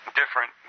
different